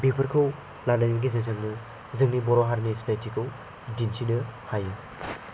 बेफोरखौ लानायनि गेजेरजोंनो जोंनि बर' हारिनि सिनायथिखौ दिन्थिनो हायो